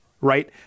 Right